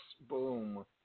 Boom